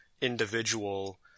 individual